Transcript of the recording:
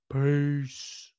Peace